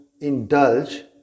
indulge